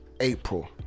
April